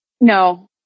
No